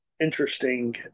interesting